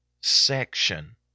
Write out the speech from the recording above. section